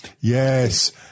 Yes